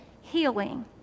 healing